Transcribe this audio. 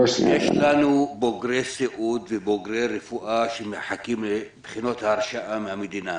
יש לנו בוגרי סיעוד ובוגרי רפואה שמחכים לבחינות ההרשאה מהמדינה.